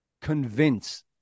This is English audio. convince